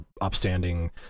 upstanding